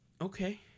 Okay